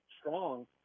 strong